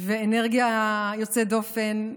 אנרגיה יוצאת דופן.